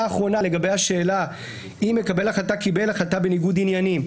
האחרונה לגבי השאלה אם מקבל החלטה קיבל החלטה בניגוד עניינים,